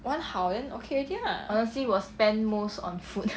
one 好 then okay already ah